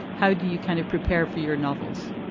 how do you kind of prepare for your novels?